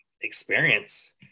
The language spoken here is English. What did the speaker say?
experience